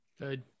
good